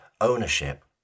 ownership